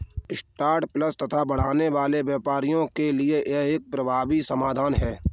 start ups तथा बढ़ने वाले व्यवसायों के लिए यह एक प्रभावी समाधान है